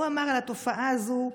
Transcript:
הוא אמר על התופעה הזאת כך: